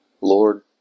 Lord